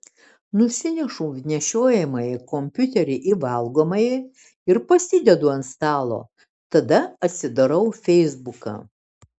nusinešu nešiojamąjį kompiuterį į valgomąjį ir pasidedu ant stalo tada atsidarau feisbuką